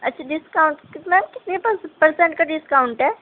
اچھا ڈسکاؤنٹ کتنا کتنے پر پرسینٹ کا ڈسکاؤنٹ ہے